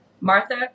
Martha